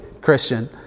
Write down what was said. Christian